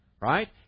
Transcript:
right